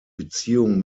beziehung